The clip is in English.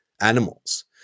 animals